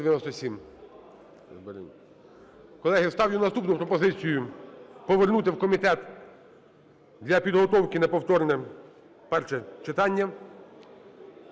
Колеги, ставлю наступну пропозицію: повернути в комітет для підготовки на повторне перше читання.